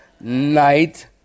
night